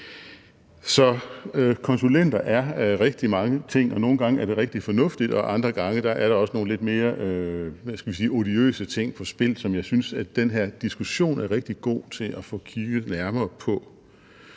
konsulenter er rigtig mange ting, og nogle gange er det rigtig fornuftigt, og andre gange er der også nogle lidt mere odiøse ting på spil, som jeg synes at den her diskussion er rigtig god til at få kigget nærmere på.